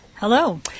Hello